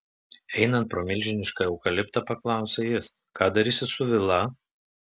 einant pro milžinišką eukaliptą paklausė jis ką darysi su vila